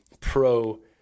pro-